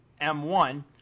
M1